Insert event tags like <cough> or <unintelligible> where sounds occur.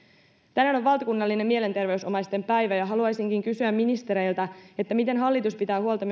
on valtakunnallinen mielenterveysomaisten päivä ja haluaisinkin kysyä ministereiltä miten hallitus pitää huolta <unintelligible>